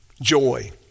Joy